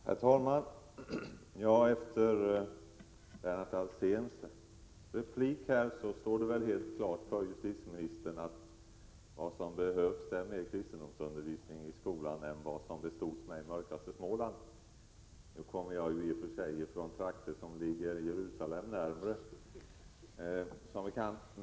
Herr talman! Efter Lennart Alséns replik står det väl helt klart för justitieministern att vad som behövs är mer kristendomsundervisning i skolan än vad som bestods med i mörkaste Småland. Nu kommer jag som bekant i och för sig från trakter som ligger Jerusalem närmare.